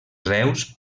zeus